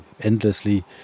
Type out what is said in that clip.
endlessly